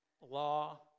law